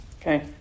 Okay